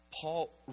Paul